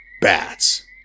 Bats